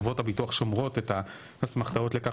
חברות הביטוח שומרות את האסמכתאות לכך